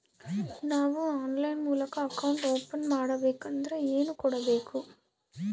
ನಾವು ಆನ್ಲೈನ್ ಮೂಲಕ account open ಮಾಡಬೇಂಕದ್ರ ಏನು ಕೊಡಬೇಕು?